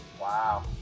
wow